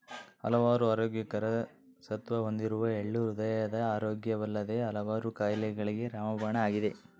ಹಲವಾರು ಆರೋಗ್ಯಕರ ಸತ್ವ ಹೊಂದಿರುವ ಎಳ್ಳು ಹೃದಯದ ಆರೋಗ್ಯವಲ್ಲದೆ ಹಲವಾರು ಕಾಯಿಲೆಗಳಿಗೆ ರಾಮಬಾಣ ಆಗಿದೆ